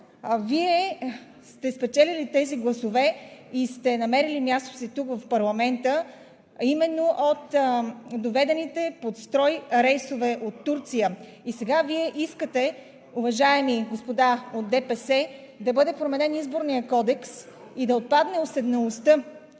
Вие сте спечелили тези гласове и сте намерили мястото си тук, в парламента, именно от доведените под строй рейсове от Турция. И сега Вие искате, уважаеми господа от ДПС, да бъде променен Изборният кодекс и да отпадне уседналостта,